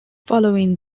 following